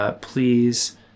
Please